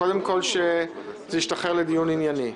קודם כל, שזה ישתחרר לדיון ענייני.